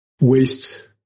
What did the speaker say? waste